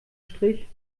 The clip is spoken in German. strich